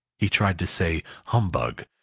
he tried to say humbug!